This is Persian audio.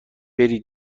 بری